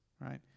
right